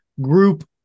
group